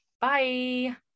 bye